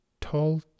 tall